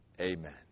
Amen